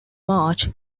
march